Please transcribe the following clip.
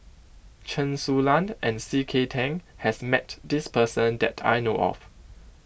Chen Su Lan and C K Tang has met this person that I know of